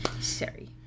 Sorry